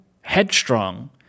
headstrong